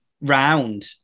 round